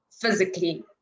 physically